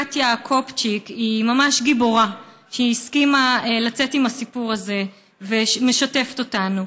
קטיה קופצ'יק היא ממש גיבורה שהסכימה לצאת עם הסיפור הזה ומשתפת אותנו: